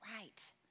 right